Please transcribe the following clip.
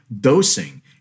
dosing